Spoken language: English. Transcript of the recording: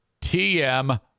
TM